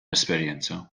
esperjenza